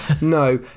no